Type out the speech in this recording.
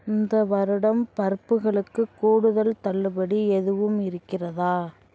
இந்த வருடம் பருப்புகளுக்கு கூடுதல் தள்ளுபடி எதுவும் இருக்கிறதா